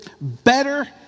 better